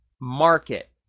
market